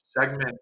segment